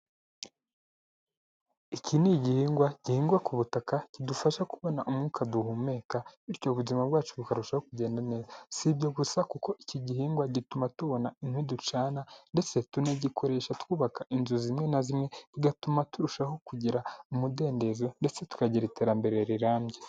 Iki ni igihingwa gihingwa ku butaka, kidufasha kubona umwuka duhumeka bityo ubuzima bwacu bukarushaho kugenda neza. Si ibyo gusa kuko iki gihingwa gituma tubona inkwi ducana ndetse tunagikoresha twubaka inzu zimwe na zimwe, bigatuma turushaho kugira umudendezo ndetse tukagira iterambere rirambye.